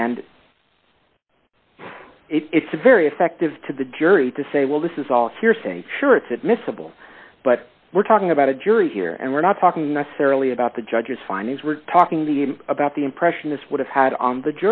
and it's a very effective to the jury to say well this is all hearsay sure it's admissible but we're talking about a jury here and we're not talking necessarily about the judge's findings we're talking the about the impression this would have had on the